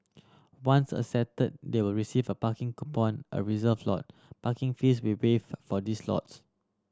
once accepted they will receive a parking coupon or reserve a lot parking fees will waived for these lots